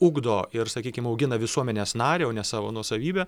ugdo ir sakykim augina visuomenės narį o ne savo nuosavybę